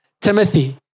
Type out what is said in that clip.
Timothy